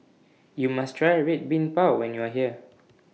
YOU must Try Red Bean Bao when YOU Are here